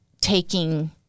taking